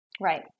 Right